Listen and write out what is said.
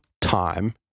time